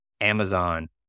Amazon